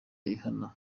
ihana